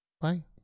Bye